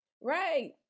Right